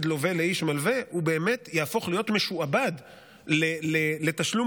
הוא באמת יהפוך להיות משועבד לתשלום